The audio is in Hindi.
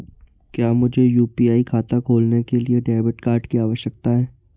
क्या मुझे यू.पी.आई खाता खोलने के लिए डेबिट कार्ड की आवश्यकता है?